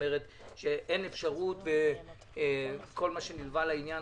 אומרת שאין אפשרות וכל מה שנלווה לעניין